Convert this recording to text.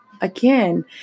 Again